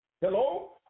Hello